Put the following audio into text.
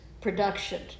production